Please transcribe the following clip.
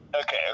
Okay